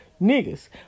Niggas